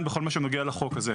שנוגע לחוק הזה,